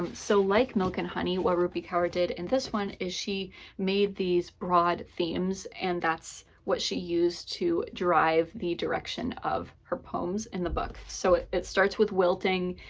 um so, like milk and honey, what rupi kaur did in this one is, she made these broad themes, and that's what she used to drive the direction of her poems in the book. so it it starts with wilting,